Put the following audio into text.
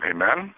Amen